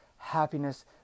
Happiness